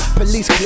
police